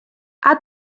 add